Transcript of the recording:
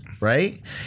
right